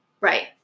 Right